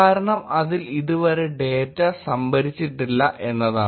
കാരണം അതിൽ ഇതുവരെ ഡാറ്റ സംഭരിച്ചിട്ടില്ല എന്നതാണ്